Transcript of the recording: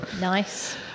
Nice